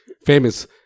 Famous